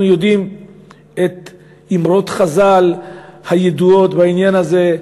אנחנו יודעים את אמרות חז"ל הידועות בעניין הזה,